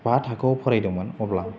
बा थाखोआव फरायदोंमोन अब्ला